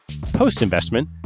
Post-investment